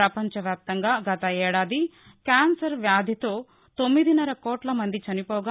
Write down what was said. ప్రపంచవ్యాప్తంగా గత ఏడాది కాన్సర్వ్యాధితో తొమ్మిదిన్నర కోట్ల మంది చనిపోగా